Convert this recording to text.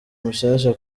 mushasha